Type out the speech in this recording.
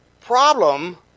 problem